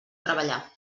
treballar